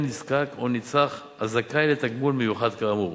נזקק או נצרך הזכאי לתגמול מיוחד אמור.